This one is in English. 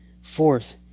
Fourth